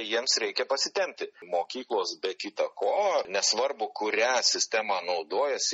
jiems reikia pasitempti mokyklos be kita ko nesvarbu kurią sistema naudojasi